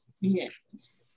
yes